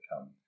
come